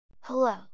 Hello